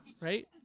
right